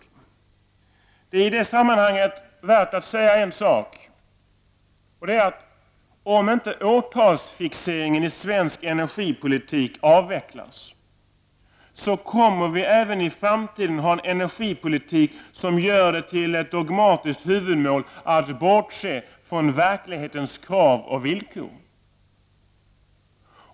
Det är i det sammanhanget värt att säga att om inte årtalsfixeringen i svensk energipolitik avvecklas, så kommer vi även i framtiden att ha en energipolitik som gör det till ett dogmatiskt huvudmål att bortse från verklighetens krav och villkor.